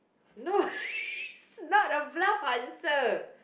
no it's not a bluff answer